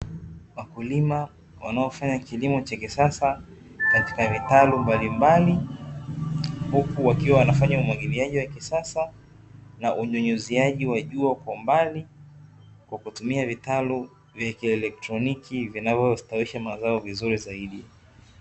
Wakulima wanaofanya kilimo cha kisasa katika vitalu, huku wakiwa wanafanya umwagiliaji wa kisasa na unyunyiziaji wa jua kwa mbali kwa kutumia vitalu vya kielektroniki vinavyostawisha mazao vizuri zaidi.